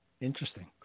Interesting